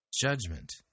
judgment